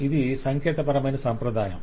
ఇది సంకేతపరమైన సంప్రదాయం